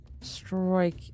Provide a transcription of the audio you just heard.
strike